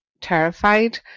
terrified